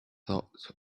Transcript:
thought